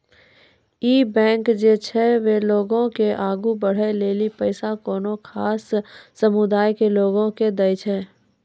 इ बैंक जे छै वें लोगो के आगु बढ़ै लेली पैसा कोनो खास समुदाय के लोगो के दै छै